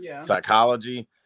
psychology